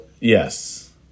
Yes